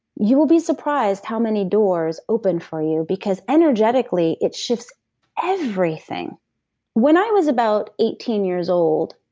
you will be surprised how many doors open for you, because energetically it shits everything when i was about eighteen years old,